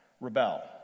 rebel